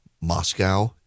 Moscow